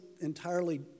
entirely